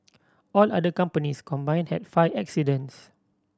all other companies combined had five accidents